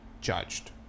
judged